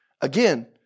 Again